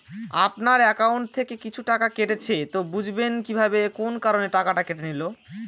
আপনার একাউন্ট থেকে কিছু টাকা কেটেছে তো বুঝবেন কিভাবে কোন কারণে টাকাটা কেটে নিল?